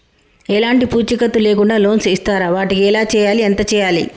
ఎలాంటి పూచీకత్తు లేకుండా లోన్స్ ఇస్తారా వాటికి ఎలా చేయాలి ఎంత చేయాలి?